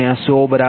33×100833 MVA હતો